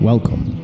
Welcome